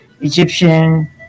Egyptian